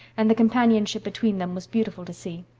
and the companionship between them was beautiful to see.